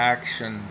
Action